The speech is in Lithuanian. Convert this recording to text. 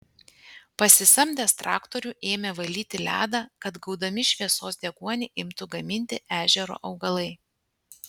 pasisamdęs traktorių ėmė valyti ledą kad gaudami šviesos deguonį imtų gaminti ežero augalai